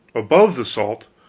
above the salt,